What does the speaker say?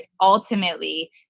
ultimately